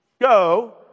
go